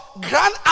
grand